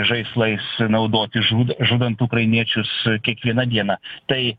žaislais naudoti žud žudant ukrainiečius kiekvieną dieną tai